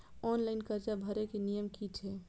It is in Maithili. ऑनलाइन कर्जा भरे के नियम की छे?